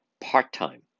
part-time